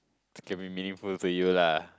can be meaningful for you lah